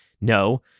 No